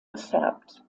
gefärbt